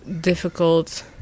difficult